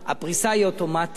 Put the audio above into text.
הפריסה היא אוטומטית,